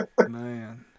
Man